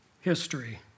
history